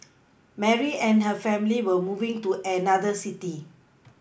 Mary and her family were moving to another city